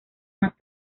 más